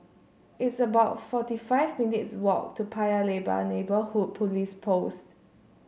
it's about forty five minutes' walk to Paya Lebar Neighbourhood Police Post